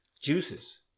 juices